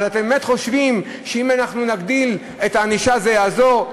אז אתם באמת חושבים שאם אנחנו נגביר את הענישה זה יעזור?